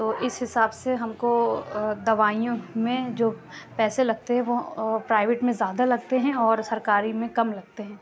تو اس حساب سے ہم کو دوائیوں میں جو پیسے لگتے ہیں وہ پرائیوٹ میں زیادہ لگتے ہیں اور سرکاری میں کم لگتے ہیں